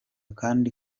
kandi